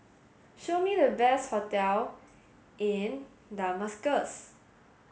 show me the best hotel in Damascus